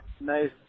nice